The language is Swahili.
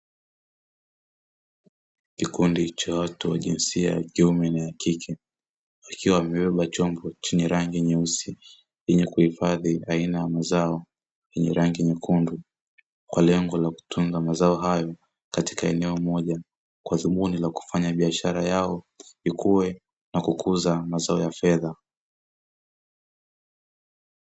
Kikundi cha watu wa jinsia ya kiume na ya kike, wakiwa wamebeba chombo chenye rangi nyeusi yenye kuhifadhi aina ya mazao yenye rangi nyekundu, kwa lengo la kutunza mazao hayo katika eneo moja, kwa dhumuni la kufanya biashara yao ikue na kutunza mazao ya fedha.